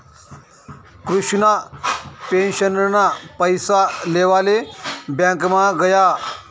कृष्णा पेंशनना पैसा लेवाले ब्यांकमा गया